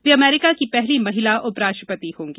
वे America की पहली महिला उपराष्ट्रपति होंगी